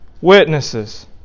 witnesses